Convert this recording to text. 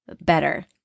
better